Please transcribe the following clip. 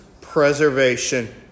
preservation